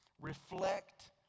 reflect